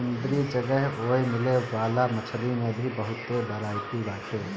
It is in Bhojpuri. समुंदरी जगह ओए मिले वाला मछरी में भी बहुते बरायटी बाटे